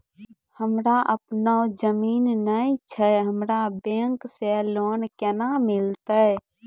हमरा आपनौ जमीन नैय छै हमरा बैंक से लोन केना मिलतै?